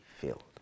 filled